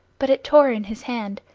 but it tore in his hand,